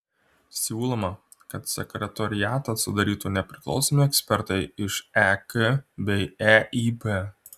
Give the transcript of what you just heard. siūloma kad sekretoriatą sudarytų nepriklausomi ekspertai iš ek bei eib